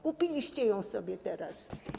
Kupiliście ją sobie teraz.